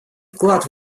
вклад